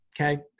okay